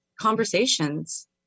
conversations